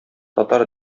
татар